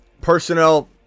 personnel